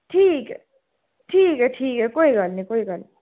ठीक ऐ ठीक ऐ ठीक ऐ कोई गल्ल निं कोई गल्ल निं